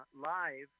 live